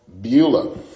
Beulah